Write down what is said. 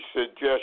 suggest